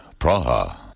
Praha